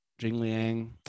Jingliang